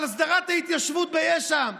אבל הסדרת ההתיישבות ביש"ע,